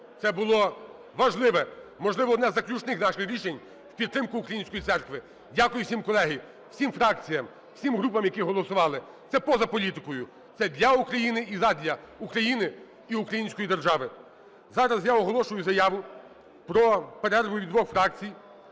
Це було важливе, можливо, одне з заключних наших рішень в підтримку української церкви. Дякую всім, колеги, всім фракціям, всім групам, які голосували. Це поза політикою, це для України і задля України і української держави. Зараз я оголошую заяву про перерву від двох фракцій: